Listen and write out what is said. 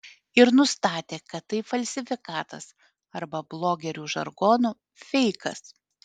ir nustatė kad tai falsifikatas arba blogerių žargonu feikas